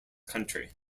country